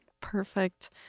Perfect